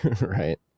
Right